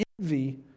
envy